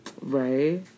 right